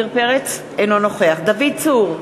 אינו נוכח דוד צור,